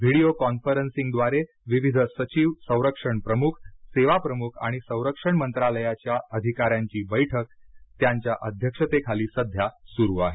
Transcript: video कॉन्फरन्सिंगद्वारे विविध सचिव संरक्षण प्रमुख सेवा प्रमुख आणि संरक्षणमंत्रालयाच्या अधिकऱ्यांची बैठक त्यांच्या अध्यक्षतेखाली सध्या सुरू आहे